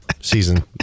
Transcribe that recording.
season